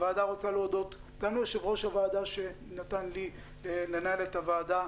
הוועדה רוצה להודות גם ליושב-ראש הוועדה שנתן לי לנהל את הוועדה,